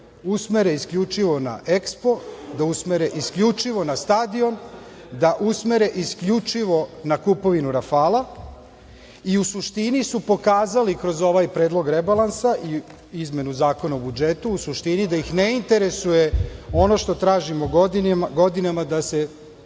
usmere isključivo na EKSPO, da usmere isključivo na stadion, da usmere isključivo na kupovinu „Rafala“ i u suštini su pokazali kroz ovaj Predlog rebalansa i izmenu Zakona o budžetu u suštini da ih ne interesuje ono što tražimo godinama, da se